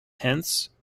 hence